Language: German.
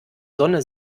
sonne